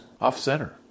off-center